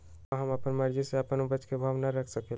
का हम अपना मर्जी से अपना उपज के भाव न रख सकींले?